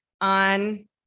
on